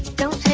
don't